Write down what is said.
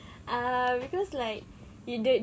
err cause like the